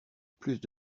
plus